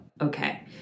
okay